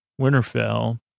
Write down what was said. Winterfell